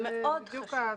זה מאוד חשוב.